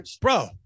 bro